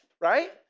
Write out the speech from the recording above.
Right